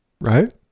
Right